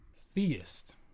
theist